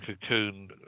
cocoon